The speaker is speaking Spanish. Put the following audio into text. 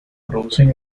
producen